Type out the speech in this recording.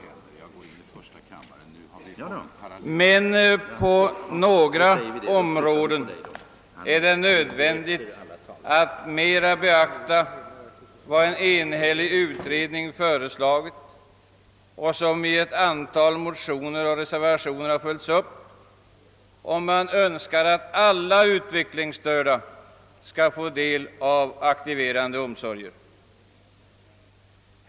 Men på några områden är det nödvändigt att mera beakta vad en enhällig utredning föreslagit — förslag som följts upp motionsledes och reservationsvis — om man önskar att alla utvecklingsstörda skall få dei av de aktiverande omsorgerna.